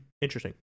Interesting